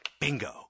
Bingo